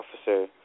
officer